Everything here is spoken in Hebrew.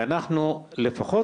שאנחנו לפחות,